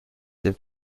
der